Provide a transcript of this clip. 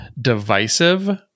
divisive